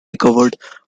recovered